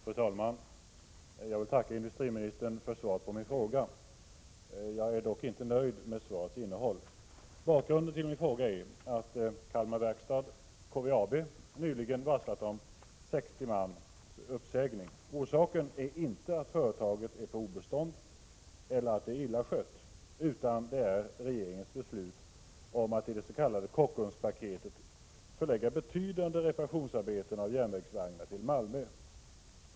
Fru talman! Jag vill tacka industriministern för svaret på min fråga. Jag är dock inte nöjd med svarets innehåll. Bakgrunden till min fråga är att Kalmar Verkstad, KVAB, nyligen har varslat om uppsägning av 60 man. Orsaken är inte att företaget är på obestånd eller att det är illa skött, utan det är regeringens beslut i det s.k. Kockumspaketet att förlägga reparationer av järnvägsvagnar till Malmö.